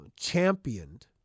championed